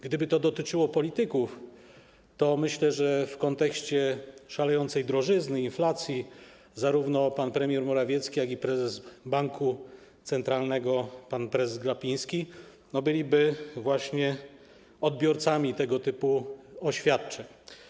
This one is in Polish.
Gdyby to dotyczyło polityków, to myślę, że w kontekście szalejącej drożyzny, inflacji zarówno pan premier Morawiecki, jak i prezes Banku Centralnego pan Glapiński byliby właśnie odbiorcami tego typu oświadczeń.